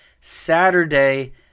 Saturday